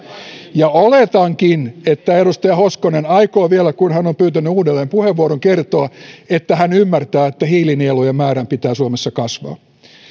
oletankin että edustaja hoskonen aikoo vielä kun hän on pyytänyt uudelleen puheenvuoron kertoa että hän ymmärtää että hiilinielujen määrän pitää suomessa kasvaa